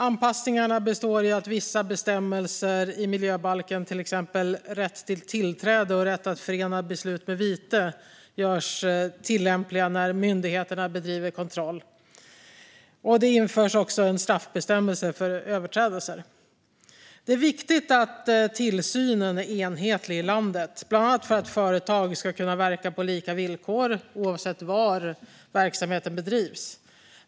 Anpassningarna består i att vissa bestämmelser i miljöbalken, till exempel om rätt till tillträde och rätt att förena beslut med vite, görs tillämpliga när myndigheterna bedriver kontroll. Det införs också en straffbestämmelse för överträdelser. Det är viktigt att tillsynen är enhetlig i landet, bland annat för att företag ska kunna verka på lika villkor oavsett var verksamheten bedrivs.